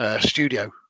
studio